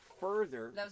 further